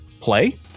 play